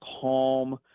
calm